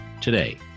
today